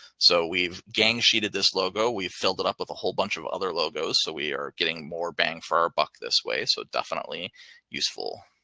so we've gang sheeted this logo. we filled it up with a whole bunch of other logos. so we are getting more bang for our buck this way. so definitely useful.